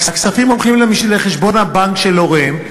והכספים הולכים לחשבון הבנק של הוריהם,